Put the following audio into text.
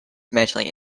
mentally